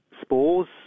spores